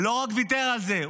ולא רק ויתר על זה,